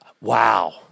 wow